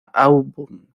auburn